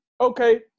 okay